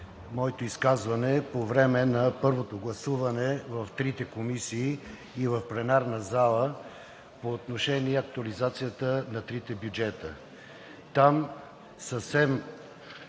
моето изказване по време на първото гласуване в трите комисии и в пленарната зала по отношение актуализацията на трите бюджета. Там съвсем